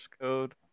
code